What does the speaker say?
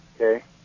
okay